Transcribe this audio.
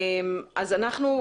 אנחנו,